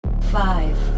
Five